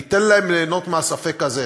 ניתן להם ליהנות מהספק הזה,